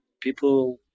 people